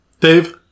Dave